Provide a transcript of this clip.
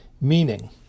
meaning